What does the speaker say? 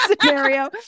scenario